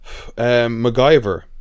MacGyver